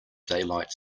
daylight